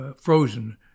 frozen